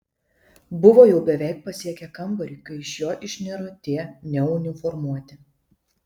buvo jau beveik pasiekę kambarį kai iš jo išniro tie neuniformuoti